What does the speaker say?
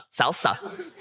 salsa